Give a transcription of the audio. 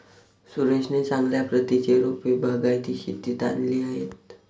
सुरेशने चांगल्या प्रतीची रोपे बागायती शेतीत आणली आहेत